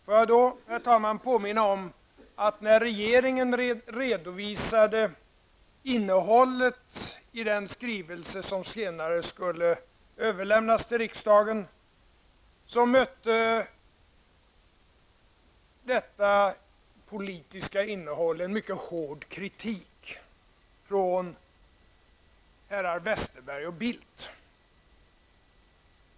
Får jag då, herr talman, påminna om att när regeringen redovisade innehållet i den skrivelse som senare skulle överlämnas till riksdagen mötte detta politiska innehåll en mycket hård kritik från herrar Westerberg och Bildt.